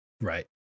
Right